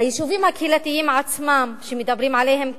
היישובים הקהילתיים עצמם, שמדברים עליהם כאן,